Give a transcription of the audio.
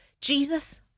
Jesus